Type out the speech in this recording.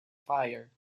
fire